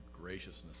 graciousness